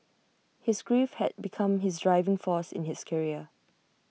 his grief had become his driving force in his career